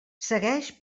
segueix